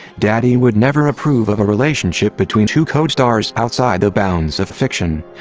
daddy would never approve of a relationship between two co-stars outside the bounds of fiction.